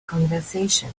conversation